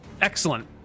Excellent